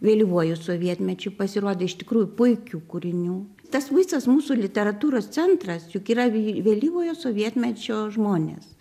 vėlyvuoju sovietmečiu pasirodė iš tikrųjų puikių kūrinių tas visas mūsų literatūros centras juk yra vėlyvojo sovietmečio žmonės